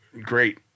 great